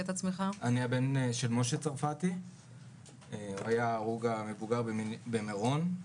בנו של משה צרפתי שהיה ההרוג המבוגר ביותר באסון מירון.